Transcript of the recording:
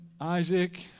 Isaac